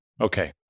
Okay